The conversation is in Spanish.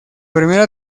primera